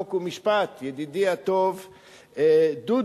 חוק ומשפט, ידידי הטוב דודו,